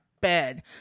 bed